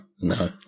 No